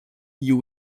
you